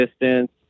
distance